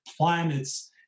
planets